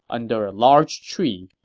under a large tree,